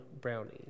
brownies